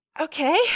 Okay